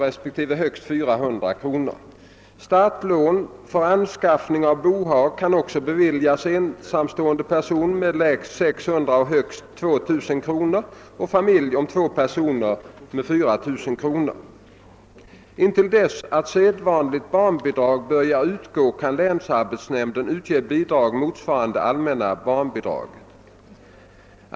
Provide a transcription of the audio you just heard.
respektive högst 400 kr. Startlån för anskaffande av bohag kan också beviljas ensamstående person med lägst 600 och högst 2 000 kr. och familj om två personer med 4 000 kr. Intill dess att sedvanligt barnbidrag börjar utgå kan länsarbetsnämnd utge bidrag motsvarande allmänna barnbidrag.